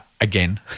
again